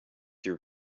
your